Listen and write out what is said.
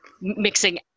mixing